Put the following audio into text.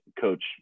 coach